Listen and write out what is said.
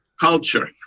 culture